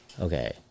Okay